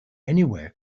anywhere